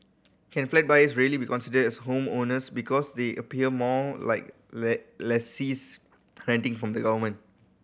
can flat buyers really be considered as homeowners because they appear more like lessees renting from the government